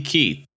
Keith